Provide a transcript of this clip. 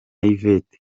yvette